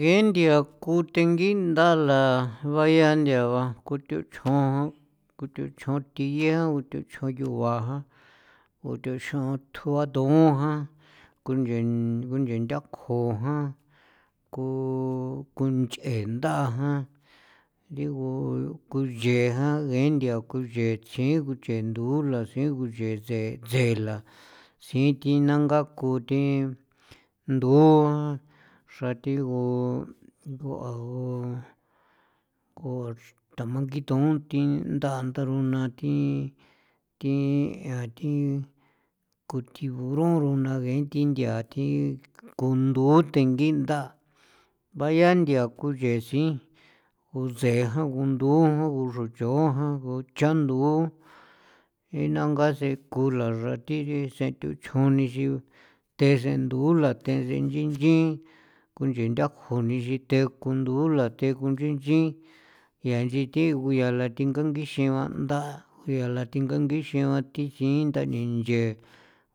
Gee nthia kunthengii nda la bayan nthia ba kuthuchjon kuthuchjon thiye gu kuthuchjon yuguan jan, kuthuchjon thjuan thun 'on jan, ngu nchen ngunchen ntha kjo jan, ku kunch'ee nda jan, thiigu ku nchee jan, ngee nthia kuxe chjin kuchee ndula sjin guchee tsee tse la sin thi nangaa kon thi ndu jan xra thigu ngua ngua tjamangitoon thi ndandaro na thi thi yaa thi nguthiguron ronda ngee thi nthia thi ku nduu tengi nda bayaan nthia nguxee siin ngutsee jan, nguduu jun ngu xruchujan nguchandu'u jena ngatse kulaxra thi si sethuchjon nixin te sen ndugula te sen nchinchin kunche nthakjon kunixin tekundula the kuu nchinchin ya inchi thi guyala thinga ngixin ba nda ya la thi nganginxin ba thi xiin ndani nche